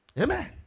Amen